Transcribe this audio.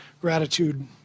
gratitude